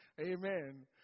Amen